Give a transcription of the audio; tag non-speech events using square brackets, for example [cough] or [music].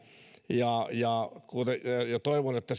ja ja toivon että [unintelligible]